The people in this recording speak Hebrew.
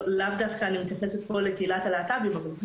לאו דווקא אני מתייחסת לקהילת הלהט"בים אבל יש